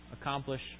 accomplish